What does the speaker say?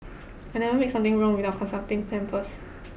I never make something wrong without consulting them first